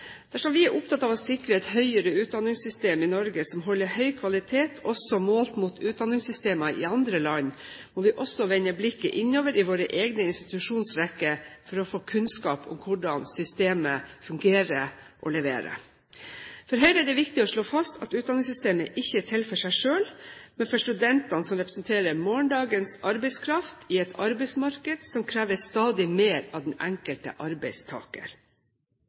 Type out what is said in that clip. Dersom vi er opptatt av å sikre et høyere utdanningssystem i Norge som holder høy kvalitet også målt mot utdanningssystemer i andre land, må vi også vende blikket innover i våre egne institusjonsrekker for å få kunnskap om hvordan systemet fungerer og leverer. For Høyre er det viktig å slå fast at utdanningssystemet ikke er til for seg selv, men for studentene som representerer morgendagens arbeidskraft i et arbeidsmarked som krever stadig mer av den enkelte arbeidstaker.